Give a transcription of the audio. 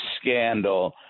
scandal